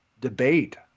debate